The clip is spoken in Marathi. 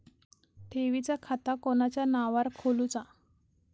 ठेवीचा खाता कोणाच्या नावार खोलूचा?